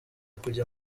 kujya